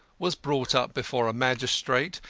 was brought up before a magistrate,